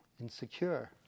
insecure